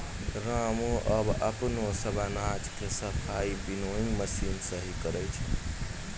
रामू आबॅ अपनो सब अनाज के सफाई विनोइंग मशीन सॅ हीं करै छै